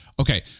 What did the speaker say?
Okay